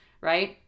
right